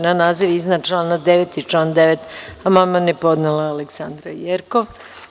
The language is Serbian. Na naziv iznad člana 9. i član 9. amandman je podnela Aleksandra Jerkov.